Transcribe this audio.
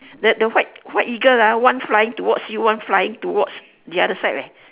the the white white eagle ah one flying towards you one flying towards the other side eh